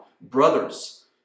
brothers